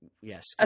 Yes